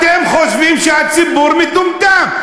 אתם חושבים שהציבור מטומטם,